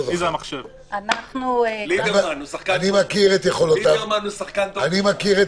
אני מכיר את